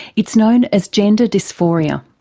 it's known as gender dysphoria.